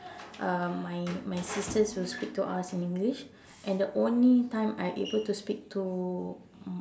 uh my my sisters would speak to us in English and the only time I'm able to speak to